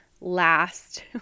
last